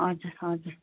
हजुर हजुर